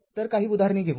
तर काही उदाहरणे घेऊ